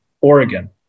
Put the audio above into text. Oregon